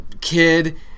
kid